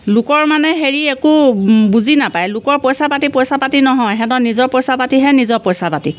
লোকৰ মানে হেৰি একো বুজি নাপায় লোকৰ পইচা পাতি পইচা পাতি নহয় সিহঁতৰ নিজৰ পইচা পাতিহে নিজৰ পইচা পাতি